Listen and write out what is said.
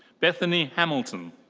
bethanie hamilton.